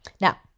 Now